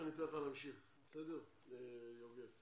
אנחנו רואים את